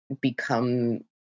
become